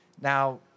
Now